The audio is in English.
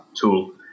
tool